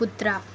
कुत्रा